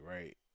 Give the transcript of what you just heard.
right